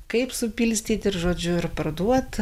kaip supilstyt ir žodžiu ir parduot